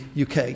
UK